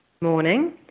Morning